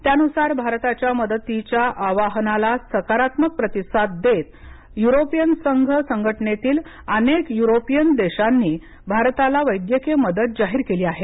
त्यानुसार भारताच्या मदतीच्या आवाहनाला सकारात्मक प्रतिसाद देत युरोपियन संघ संघटनेतील अनेक युरोपातील देशांनी भारताला वैद्यकीय मदत जाहीर केली आहे